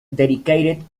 dedicated